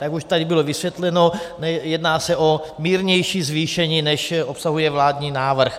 Jak už tady bylo vysvětleno, jedná se o mírnější zvýšení, než obsahuje vládní návrh.